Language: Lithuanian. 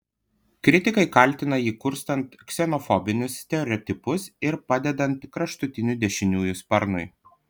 kritikai kaltina jį kurstant ksenofobinius stereotipus ir padedant kraštutinių dešiniųjų sparnui